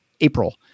April